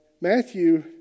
Matthew